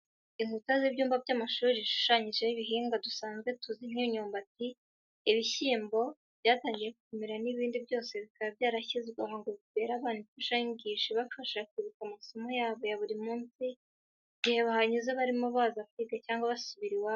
Inkuta z'ibyumba by'amashuri zishushanyijeho ibihingwa dusanzwe tuzi nk'imyumbati, ibishyimbo bitangiye kumera n'ibindi, byose bikaba byarashyizwe aha ngo bibere abana imfashanyigisho ibafasha kwibuka amasomo yabo ya buri munsi igihe bahanyuze barimo baza kwiga cyangwa mu gihe basubira iwabo.